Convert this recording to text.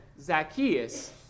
Zacchaeus